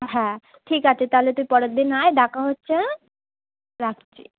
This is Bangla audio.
হ্যাঁ ঠিক আছে তাহলে তুই পরের দিন আয় দেখা হচ্ছে হ্যাঁ রাখছি